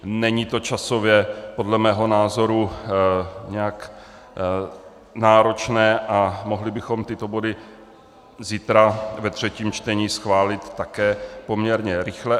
Není to podle mého názoru časově nějak náročné a mohli bychom tyto body zítra ve třetím čtení schválit také poměrně rychle.